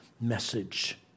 message